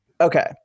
Okay